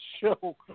show